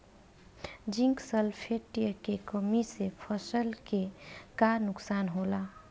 Zinc sulphate के कमी से फसल के का नुकसान होला?